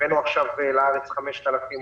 הבאנו עכשיו לארץ 5,000 עובדים.